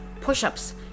push-ups